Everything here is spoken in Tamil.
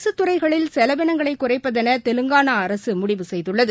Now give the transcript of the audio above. அரசுத் துறைகளில் செலவினங்களைகுறைப்பதெனதெலங்கானாஅரசுமுடிவு செய்துள்ளது